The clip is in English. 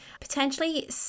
potentially